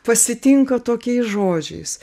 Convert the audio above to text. pasitinka tokiais žodžiais